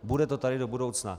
Bude to tady do budoucna.